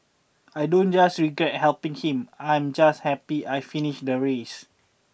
I don't just regret helping him I'm just happy I finished the race